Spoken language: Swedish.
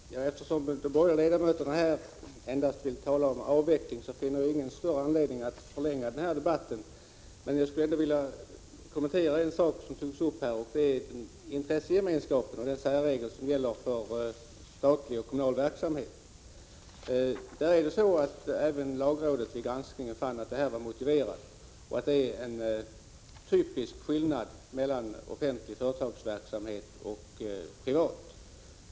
Herr talman! Eftersom de borgerliga ledamöterna här endast vill tala om avveckling, finns det ingen större anledning att förlänga debatten. Men jag skulle ändå vilja kommentera en sak som togs upp här. Det gäller intressegemenskapen mellan och de särregler som gäller för statlig resp. kommunal verksamhet. Även lagrådet har vid sin granskning funnit att förslaget i fråga var motiverat och att det är en principiell skillnad mellan offentlig och privat företagsverksamhet.